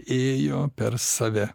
ėjo per save